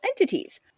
entities